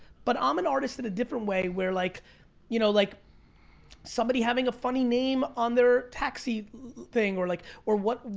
but i'm um an artist in a different way, where, like you know like somebody having a funny name on their taxi thing or like or what,